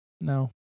No